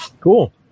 Cool